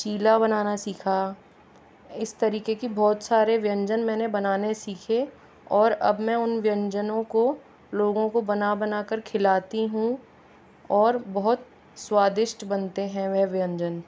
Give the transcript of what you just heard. चीला बनाना सीखा इस तरीके के बहुत सारे व्यंजन मैंने बनाने सीखे और अब मैं उन व्यंजनों को लोगों को बना बनाकर खिलाती हूँ और बहुत स्वादिष्ट बनते हैं वह व्यंजन